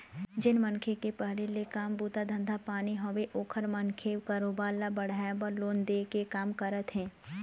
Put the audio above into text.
जेन मनखे के पहिली ले काम बूता धंधा पानी हवय ओखर मन के कारोबार ल बढ़ाय बर लोन दे के काम करत हे